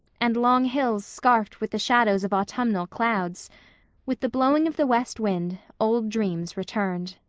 and long hills scarfed with the shadows of autumnal clouds with the blowing of the west wind old dreams returned.